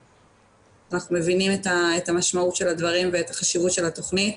אנחנו מבינים את המשמעות של הדברים ואת החשיבות של התכנית.